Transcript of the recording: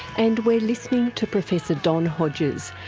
and we're listening to professor don hodges,